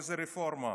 איזו רפורמה?